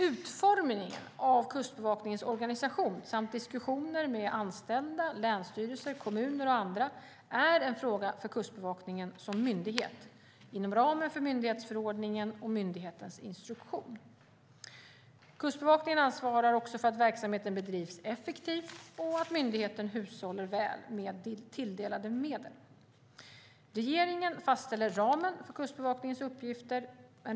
Utformningen av Kustbevakningens organisation samt diskussioner med anställda, länsstyrelser, kommuner och andra är en fråga för Kustbevakningen som myndighet, inom ramen för myndighetsförordningen och myndighetens instruktion. Kustbevakningen ansvarar också för att verksamheten bedrivs effektivt och att myndigheten hushåller väl med tilldelade medel. Regeringen fastställer ramen för Kustbevakningens uppgifter.